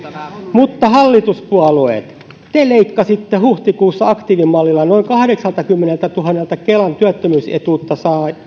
mutta hallituspuolueet te leikkasitte huhtikuussa aktiivimallilla noin kahdeksaltakymmeneltätuhannelta kelan työttömyysetuutta